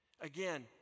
Again